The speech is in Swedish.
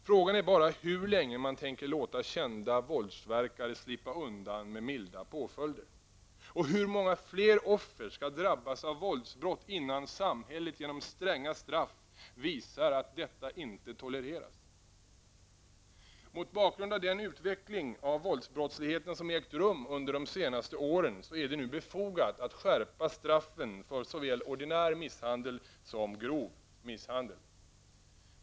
Frågan är bara hur länge man tänker låta kända våldsverkare slippa undan med milda påföljder. Och hur många fler offer skall drabbas av våldsbrott innan samhället genom stränga straff visar att detta inte tolereras? Mot bakgrund av den utveckling av våldsbrottsligheten som har ägt rum under de senaste åren är det nu befogat att skärpa straffen för såväl ordinär misshandel som grov misshandel.